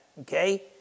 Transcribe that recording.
Okay